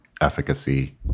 efficacy